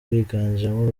biganjemo